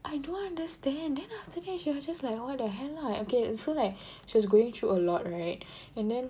I don't understand then after that she was just like what the hell lah okay so like she was going through a lot right and then